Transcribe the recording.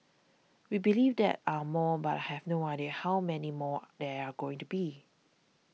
we believe there are more but have no idea how many more there are going to be